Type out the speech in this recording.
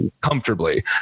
comfortably